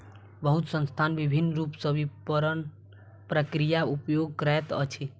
बहुत संस्थान विभिन्न रूप सॅ विपरण प्रक्रियाक उपयोग करैत अछि